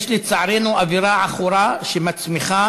יש לצערנו אווירה עכורה, שמצמיחה